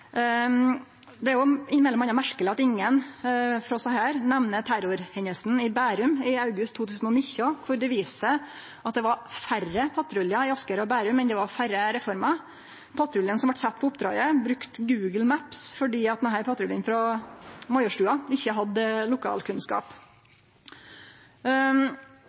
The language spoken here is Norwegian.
Det er m.a. merkeleg at ingen frå desse partia nemner terrorhendinga i Bærum i august 2019, der det viste seg at det var færre patruljar i Asker og Bærum enn det var før reforma. Patruljen som vart sett på oppdraget, brukte Google Maps fordi denne patruljen frå Majorstua ikkje hadde lokalkunnskap.